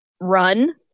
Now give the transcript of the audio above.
run